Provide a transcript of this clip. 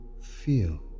feel